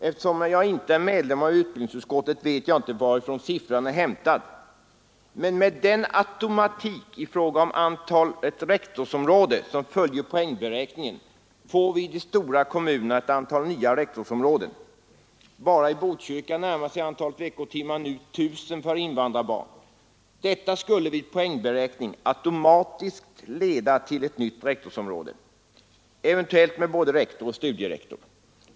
Eftersom jag inte är medlem av utbildningsutskottet vet jag inte varifrån siffran är hämtad, men med den automatik i fråga om antalet rektorsområden som följer poängberäkningen får vi i de stora kommunerna ett antal nya rektorsområden. Bara i Botkyrka närmar sig antalet veckotimmar nu 1 000 för invandrarbarn. Detta skulle vid poängberäkning automatiskt leda till ett nytt rektorsområde, eventuellt med både rektor och studierektor.